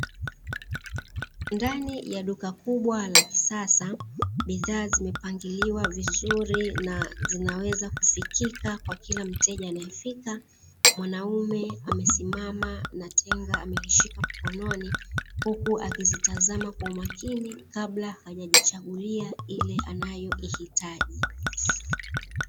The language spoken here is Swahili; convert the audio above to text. Ndani ya duka kubwa la kisasa, bidhaa zimepangiliwa vizuri na zinaweza kufikika kwa kila mteja anayefika. Mwanaume amesimama na tenga amelishika mkononi huku akizitazama kwa makini kabla hajajichagulia ile anayoihitaji.